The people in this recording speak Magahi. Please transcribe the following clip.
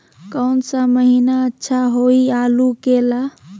कौन सा महीना अच्छा होइ आलू के ला?